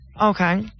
Okay